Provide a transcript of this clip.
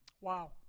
Wow